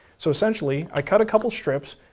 so essentially i cut a couple strips.